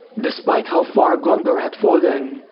despite how far gondor had fallen,